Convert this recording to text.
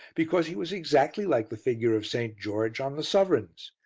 because he was exactly like the figure of st. george on the sovereigns.